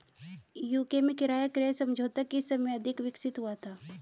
UK में किराया क्रय समझौता किस समय अधिक विकसित हुआ था?